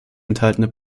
enthaltene